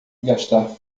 gastar